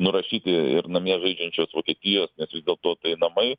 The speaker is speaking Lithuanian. nurašyti ir namie žaidžiančios vokietijos nes vis dėlto tai namai